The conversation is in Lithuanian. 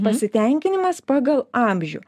pasitenkinimas pagal amžių